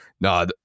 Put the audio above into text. no